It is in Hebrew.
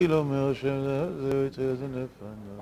כאילו מרשם לעזור את איזה נפרד.